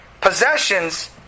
Possessions